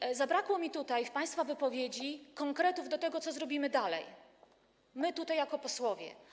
I zabrakło mi tutaj w państwa wypowiedzi konkretów co do tego, co zrobimy dalej, my tutaj, jako posłowie.